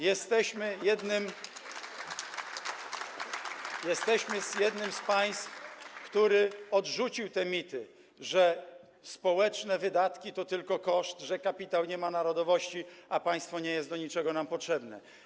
Jesteśmy jednym z państw, które odrzuciły te mity, że społeczne wydatki to tylko koszt, że kapitał nie ma narodowości, a państwo nie jest do niczego nam potrzebne.